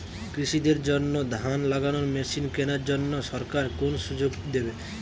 কৃষি দের জন্য ধান লাগানোর মেশিন কেনার জন্য সরকার কোন সুযোগ দেবে?